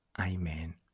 Amen